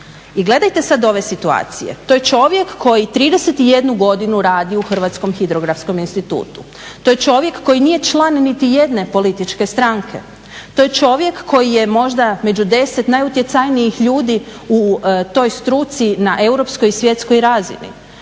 gledajte sad ove situacije. To je čovjek koji 31 godinu radi u Hrvatskom hidrografskom institutu. To je čovjek koji nije član niti jedne političke stranke. To je čovjek koji je možda među 10 najutjecajnijih ljudi u toj struci na europskoj i svjetskoj razini.